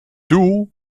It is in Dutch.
doel